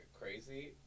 crazy